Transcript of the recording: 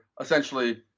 essentially